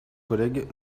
collègues